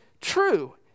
true